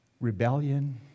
rebellion